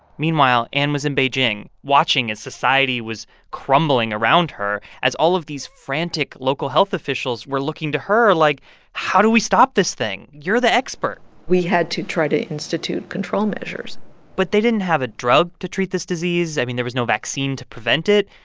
meanwhile, anne was in beijing watching as society was crumbling around her as all of these frantic local health officials were looking to her like how do we stop this thing? you're the expert we had to try to institute control measures but they didn't have a drug to treat this disease. i mean, there was no vaccine to prevent it.